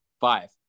five